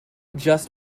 just